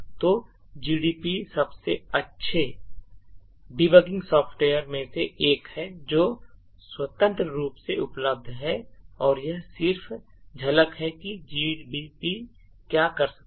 तो gdb सबसे अच्छे डीबगिंग सॉफ्टवेयर्स में से एक है जो स्वतंत्र रूप से उपलब्ध है और यह सिर्फ झलक है कि gdb क्या कर सकता है